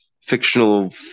fictional